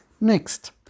Next